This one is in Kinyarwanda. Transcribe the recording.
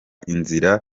inzira